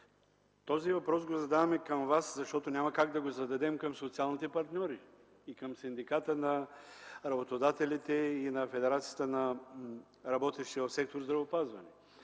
Този въпрос го задаваме към Вас, защото няма как да го зададем към социалните партньори, към Синдиката на работодателите и към Федерацията на работещите в сектор здравеопазване.